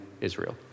Israel